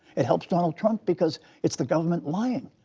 it helps donald trump, because it's the government lying.